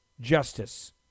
justice